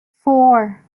four